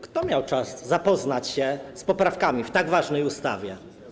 Kto miał czas zapoznać się z poprawkami w tak ważnej ustawie?